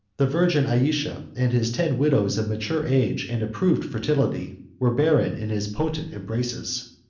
the virgin ayesha, and his ten widows of mature age and approved fertility, were barren in his potent embraces.